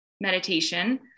meditation